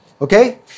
Okay